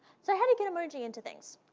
so how do you get emoji into things?